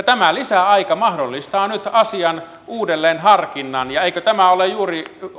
tämä lisäaika mahdollistaa nyt asian uudelleen harkinnan eikö tämä ole juuri